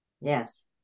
Yes